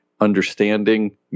understanding